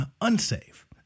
unsafe